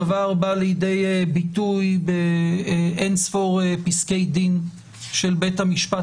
הדבר בא לידי ביטוי באינספור פסקי דין של בית המשפט